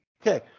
Okay